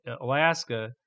Alaska